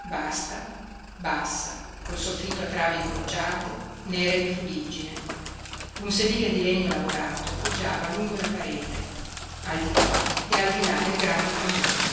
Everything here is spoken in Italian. vasta bassa col soffitto a travi incrociate nere di fuliggine un sedile di legno lavorato poggiava lungo la parete al di qua e al di là del grande camino